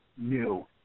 new